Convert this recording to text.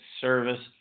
service